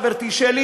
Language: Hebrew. חברתי שלי,